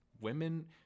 Women